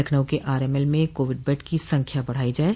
लखनऊ के आरएमएल में covid bed की संख्या बढ़ाई जाये